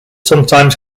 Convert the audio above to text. sometimes